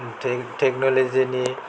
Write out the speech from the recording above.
टेकनलजिनि